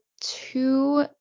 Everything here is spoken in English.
two